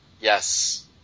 Yes